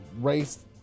Race